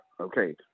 okay